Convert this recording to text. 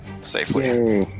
safely